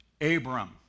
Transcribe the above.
Abram